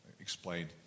explained